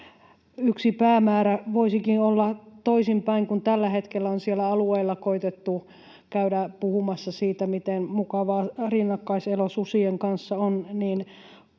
yksi päämäärä voisikin olla toisinpäin. Kun tällä hetkellä on siellä alueella koitettu käydä puhumassa siitä, miten mukavaa rinnakkaiselo susien kanssa on,